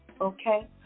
Okay